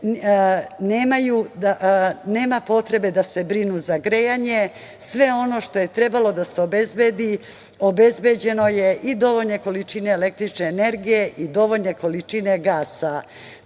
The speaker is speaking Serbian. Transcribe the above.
Nema potrebe da se brinu za grejanje. Sve ono što je trebalo da se obezbedi, obezbeđeno je i dovoljne količine električne energije i dovoljne količine gasa.